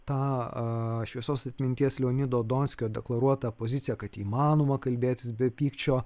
tą šviesos atminties leonido donskio deklaruotą poziciją kad įmanoma kalbėtis be pykčio